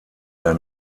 der